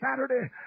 Saturday